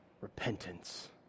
Repentance